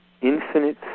Infinite